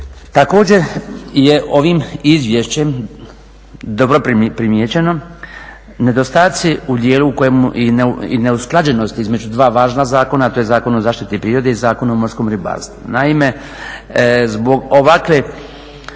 Također je ovim izvješćem dobro primijećeno nedostaci u dijelu u kojemu i neusklađenost između 2 važna zakona, to je Zakon o zaštiti prirode i Zakon o morskom ribarstvu. Naime, zbog ovakve